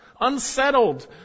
unsettled